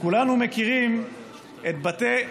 וכולנו מכירים את בתי,